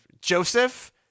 Joseph